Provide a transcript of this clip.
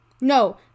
no